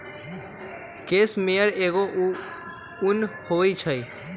case मेयर एगो उन होई छई